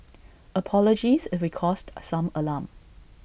apologies if we caused some alarm